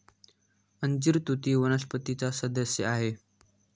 अंजीर तुती वनस्पतीचा सदस्य आहे